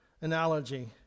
analogy